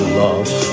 love